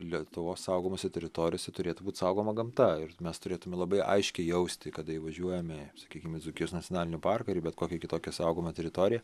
lietuvos saugomose teritorijose turėtų būt saugoma gamta ir mes turėtume labai aiškiai jausti kada įvažiuojame sakykim į dzūkijos nacionalinį parką ir į bet kokią kitokią saugomą teritoriją